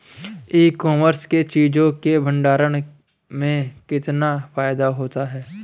ई commerce में चीज़ों के भंडारण में कितना फायदा होता है?